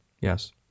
Yes